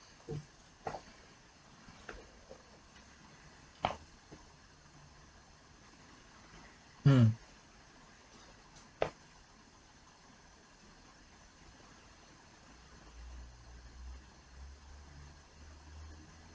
mm